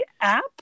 app